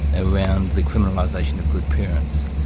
around the criminalisation of good parents.